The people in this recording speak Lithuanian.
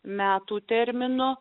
metų termino